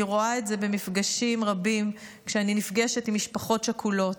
אני רואה את זה במפגשים רבים כשאני נפגשת עם משפחות שכולות.